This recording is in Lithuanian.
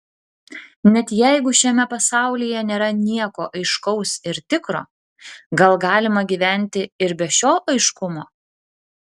net jeigu šiame pasaulyje nėra nieko aiškaus ir tikro gal galima gyventi ir be šio aiškumo